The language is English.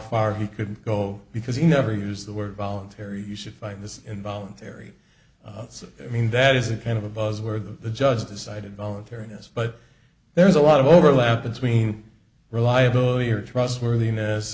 far he couldn't go because he never used the word voluntary you should find this involuntary so i mean that is a kind of a buzz where the judge decided voluntariness but there's a lot of overlap between reliability or trustworthiness